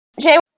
Jay